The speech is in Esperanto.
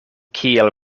kiel